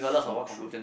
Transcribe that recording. so true